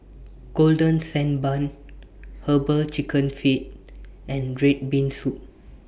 Golden Sand Bun Herbal Chicken Feet and Red Bean Soup